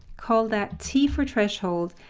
call that t for threshold,